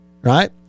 right